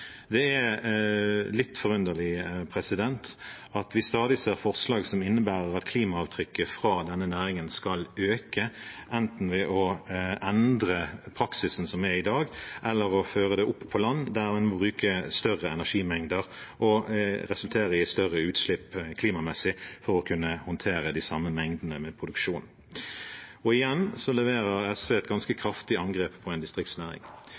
Det er litt forunderlig at vi stadig ser forslag som innebærer at klimaavtrykket fra denne næringen skal øke – enten ved å endre praksisen som er i dag, eller ved å føre det opp på land, der en må bruke større energimengder, noe som vil resultere i større utslipp med tanke på klima – for å kunne håndtere de samme mengdene med produksjon. Igjen leverer SV et ganske kraftig angrep på en distriktsnæring.